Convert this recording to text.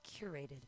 curated